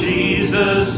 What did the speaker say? Jesus